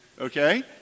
okay